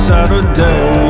Saturday